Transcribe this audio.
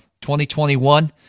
2021